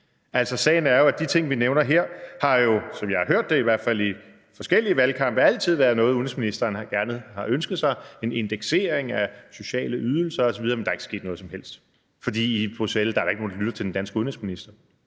sket? Sagen er jo, at de ting, vi nævner her, som jeg i hvert fald har hørt det i forskellige valgkampe, altid har været noget, som udenrigsministeren har ønsket sig, som f.eks. en indeksering af sociale ydelser osv. Men der er ikke sket noget som helst. For i Bruxelles er der ikke nogen, der lytter til den danske udenrigsminister.